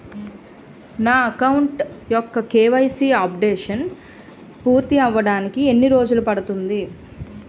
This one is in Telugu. నా అకౌంట్ యెక్క కే.వై.సీ అప్డేషన్ పూర్తి అవ్వడానికి ఎన్ని రోజులు పడుతుంది?